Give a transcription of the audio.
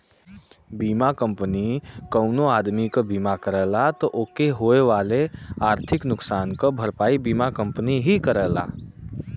बीमा कंपनी कउनो आदमी क बीमा करला त ओके होए वाले आर्थिक नुकसान क भरपाई बीमा कंपनी ही करेला